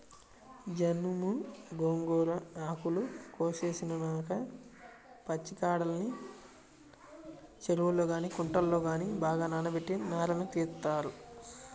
జనుము, గోంగూర ఆకులు కోసేసినాక పచ్చికాడల్ని చెరువుల్లో గానీ కుంటల్లో గానీ బాగా నానబెట్టి నారను తీత్తారు